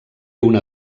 una